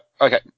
okay